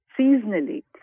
seasonally